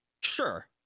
Sure